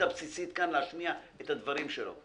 הבסיסית כאן להשמיע את הדברים שלו.